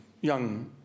young